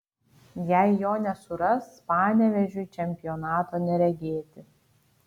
jei jo nesuras panevėžiui čempionato neregėti